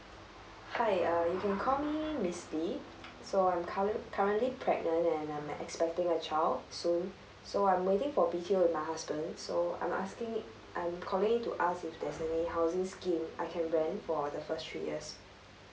hi uh you can call me miss lee so I'm current currently pregnant and uh I'm expecting a child soon so I'm waiting for B_T_O with my husband so I'm asking I'm calling to ask if there's any housing scheme I can rent for the first three years